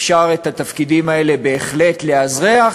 אפשר את התפקידים האלה בהחלט לאַזרֵח.